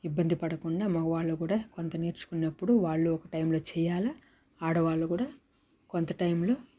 ఇబ్బంది పడకుండా మగవాళ్ళు కూడా వంట నేర్చుకున్నప్పుడు వాళ్ళు ఒక టైమ్ల చేయాల ఆడవాళ్ళు కూడా కొంత టైమ్లో